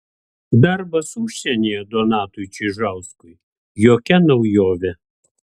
darbas užsienyje donatui čižauskui jokia naujovė